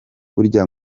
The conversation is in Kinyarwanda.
burya